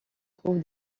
trouve